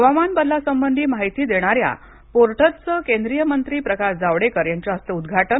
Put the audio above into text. हवामान बदलासंबंधी माहिती देणाऱ्या पोर्टलचं केंद्रीय मंत्री प्रकाश जावडेकर यांच्या हस्ते उद्घाटन